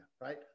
right